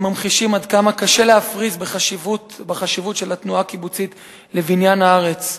ממחישים עד כמה קשה להפריז בחשיבות של התנועה הקיבוצית לבניין הארץ.